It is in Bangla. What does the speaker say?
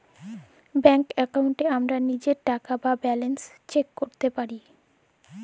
ব্যাংকের এক্কাউন্টে আমরা লীজের টাকা বা ব্যালান্স চ্যাক ক্যরতে পারি